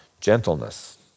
gentleness